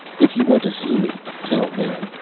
if you want to see me, tell them.